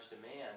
demand